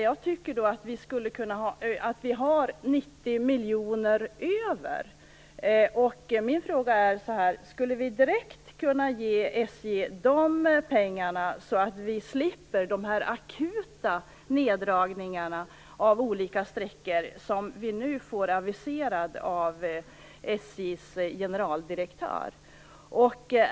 Jag tycker att vi har 90 miljoner kronor över, och min fråga är: Skulle vi direkt kunna ge SJ de pengarna så att vi slipper de akuta neddragningarna av olika sträckor som nu aviseras av SJ:s generaldirektör?